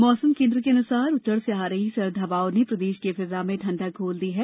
मौसम केन्द्र के अनुसार उत्तर से आ रही सर्द हवाओं ने प्रदेश की फिजा में ठण्डक घोल दी है